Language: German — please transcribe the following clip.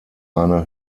eine